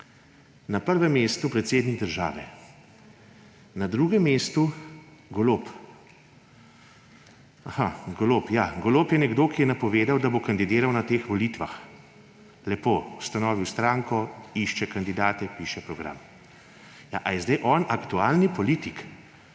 na prvem mestu predsednik države, na drugem mestu Golob. Aha, Golob, ja. Golob je nekdo, ki je napovedal, da bo kandidiral na teh volitvah; lepo, ustanovil je stranko, išče kandidate, piše program. Ali je zdaj on aktualni politik,